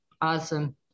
Awesome